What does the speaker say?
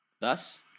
Thus